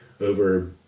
over